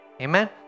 Amen